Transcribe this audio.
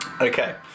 Okay